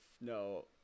No